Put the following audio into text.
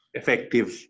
effective